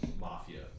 mafia